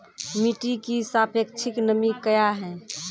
मिटी की सापेक्षिक नमी कया हैं?